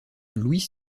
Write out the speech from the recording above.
louis